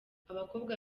abakobwa